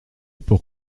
pour